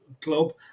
club